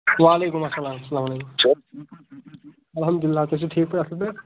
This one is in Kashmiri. وعلیکم السلام اَلحمدُ للہ تُہۍ چھُو ٹھیٖک پأٹھۍ اَصٕل پأٹھۍ